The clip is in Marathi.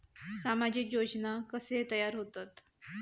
सामाजिक योजना कसे तयार होतत?